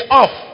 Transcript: off